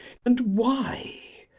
and why?